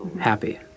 happy